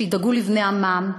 שידאגו לבני עמם,